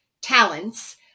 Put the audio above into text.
talents